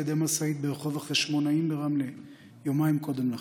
ידי משאית ברחוב החשמונאים ברמלה יומיים קודם לכן,